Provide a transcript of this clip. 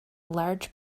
large